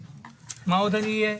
מה עוד אני אהיה?